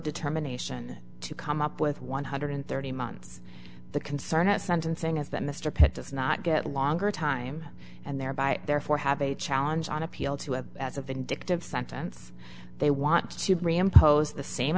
determination to come up with one hundred thirty months the concern at sentencing is that mr pitt does not get longer time and thereby therefore have a challenge on appeal to a as a vindictive sentence they want to bring impose the same